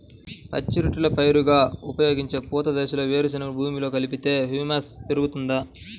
పచ్చి రొట్టెల పైరుగా ఉపయోగించే పూత దశలో వేరుశెనగను భూమిలో కలిపితే హ్యూమస్ పెరుగుతుందా?